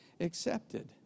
accepted